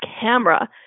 camera